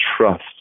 trust